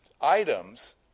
items